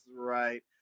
right